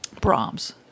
Brahms